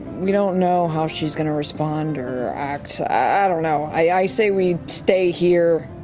we don't know how she's going to respond or act. i don't know. i say we stay here,